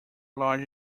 large